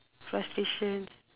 frustrations